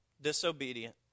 disobedient